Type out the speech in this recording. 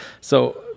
So-